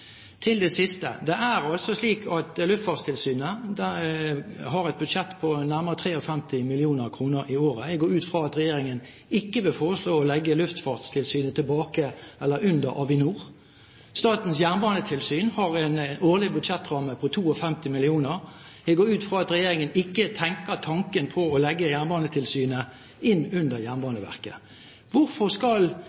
Til det siste: Det er altså slik at Luftfartstilsynet har et budsjett på nærmere 53 mill. kr i året. Jeg går ut fra at regjeringen ikke vil foreslå å legge Luftfartstilsynet under Avinor. Statens jernbanetilsyn har en årlig budsjettramme på 52 mill. kr. Jeg går ut fra at regjeringen ikke tenker den tanken å legge Jernbanetilsynet inn under